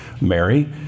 Mary